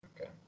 Okay